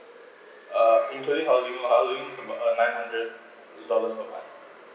ah including housing loan housing loan is about uh nine hundred dollars per month